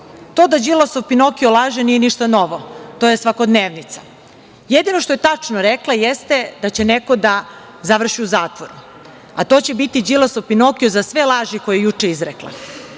To da Đilasov Pinokio laže nije ništa novo, to je svakodnevnica. Jedno što je tačno rekla jeste da će neko da završi u zatvoru, a to će biti Đilasov Pinokio za sve laži koje je juče izrekla. Dragan